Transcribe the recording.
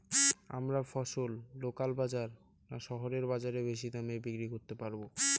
আমরা ফসল লোকাল বাজার না শহরের বাজারে বেশি দামে বিক্রি করতে পারবো?